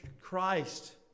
Christ